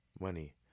money